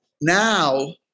Now